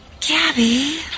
Gabby